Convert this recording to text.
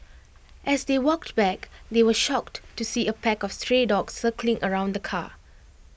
as they walked back they were shocked to see A pack of stray dogs circling around the car